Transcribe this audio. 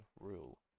rule